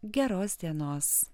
geros dienos